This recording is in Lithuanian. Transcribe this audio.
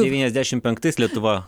devyniasdešimt penktais lietuva